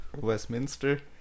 Westminster